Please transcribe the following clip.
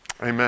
amen